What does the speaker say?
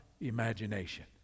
imagination